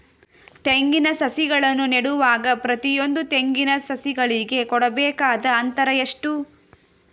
ತೆಂಗಿನ ಸಸಿಗಳನ್ನು ನೆಡುವಾಗ ಪ್ರತಿಯೊಂದು ತೆಂಗಿನ ಸಸಿಗಳಿಗೆ ಕೊಡಬೇಕಾದ ಅಂತರ ಎಷ್ಟು?